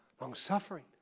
long-suffering